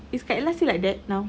is kak ella still like that now